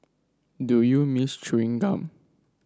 do you miss chewing gum